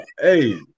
hey